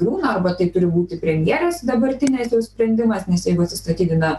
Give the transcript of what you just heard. griūna arba tai turi būti premjerės dabartinės jau sprendimas nes jeigu atsistatydina